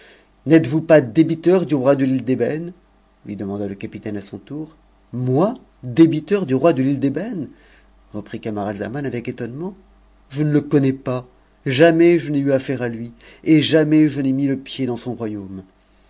n'êtes-vous pas débiteur du roi de l'île d'ëbène lui demanda le capitaine à son tour moi débiteur du roi de l'ile d'ëbène reprit camaralzaman avec o'mement je ne le connais pas jamais je n'ai eu affaire avec lui et j mms je n'ai mis le pied dans son royaume